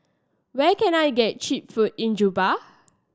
where can I get cheap food in Juba